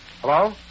Hello